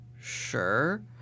sure